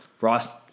Ross